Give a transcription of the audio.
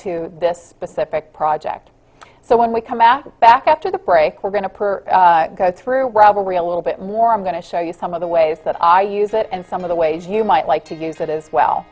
to this specific project so when we come out back after the break we're going to purr through ravelry a little bit more i'm going to show you some of the ways that i use it and some of the ways you might like to use that as well